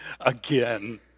again